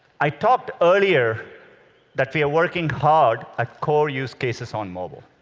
i talked earlier that we are working hard at core use cases on mobile.